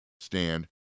stand